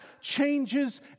changes